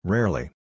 Rarely